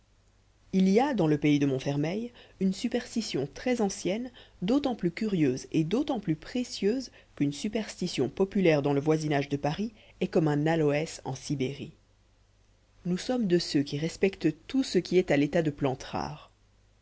il y a dans le pays de montfermeil une superstition très ancienne d'autant plus curieuse et d'autant plus précieuse qu'une superstition populaire dans le voisinage de paris est comme un aloès en sibérie nous sommes de ceux qui respectent tout ce qui est à l'état de plante rare